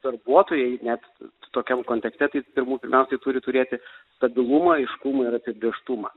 darbuotojai net tokiam kontekste tai turbūt pirmiausiai turi turėti stabilumą aiškumą ir apibrėžtumą